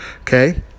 okay